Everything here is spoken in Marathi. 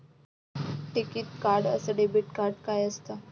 टिकीत कार्ड अस डेबिट कार्ड काय असत?